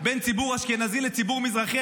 בין ציבור אשכנזי לציבור מזרחי.